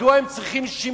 מדוע הם צריכים שימוע?